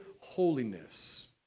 holiness